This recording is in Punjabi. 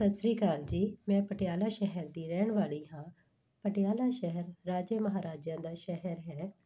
ਸਤਿ ਸ਼੍ਰੀ ਅਕਾਲ ਜੀ ਮੈਂ ਪਟਿਆਲਾ ਸ਼ਹਿਰ ਦੀ ਰਹਿਣ ਵਾਲੀ ਹਾਂ ਪਟਿਆਲਾ ਸ਼ਹਿਰ ਰਾਜੇ ਮਹਾਰਾਜਿਆਂ ਦਾ ਸ਼ਹਿਰ ਹੈ